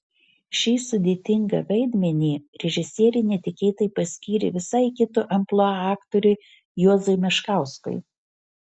šį sudėtingą vaidmenį režisierė netikėtai paskyrė visai kito amplua aktoriui juozui meškauskui